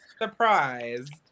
surprised